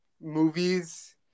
movies